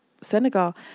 Senegal